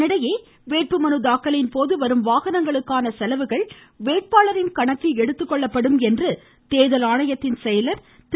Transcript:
இதனிடையே வேட்புமனு தாக்கலின் போது வரும் வாகனங்களுக்கான செலவுகள் வேட்பாளரின் கணக்கில் எடுத்துக்கொள்ளப்படும் என்று தேர்தல் ஆணையத்தின் செயலர் திரு